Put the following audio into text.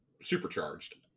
supercharged